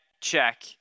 check